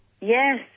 Yes